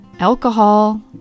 Alcohol